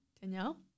Danielle